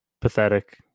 pathetic